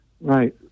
Right